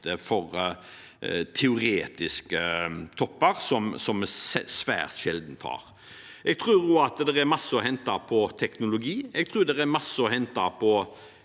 for teoretiske topper, som vi svært sjelden har. Jeg tror også at det er masse å hente på teknologi. Jeg tror det er masse å hente på